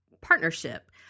partnership